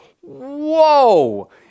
Whoa